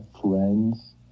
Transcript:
friends